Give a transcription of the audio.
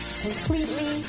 completely